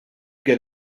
get